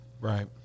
Right